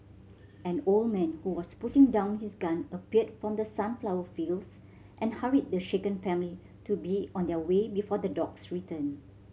an old man who was putting down his gun appeared from the sunflower fields and hurried the shaken family to be on their way before the dogs return